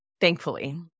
thankfully